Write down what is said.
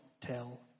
tell